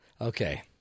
Okay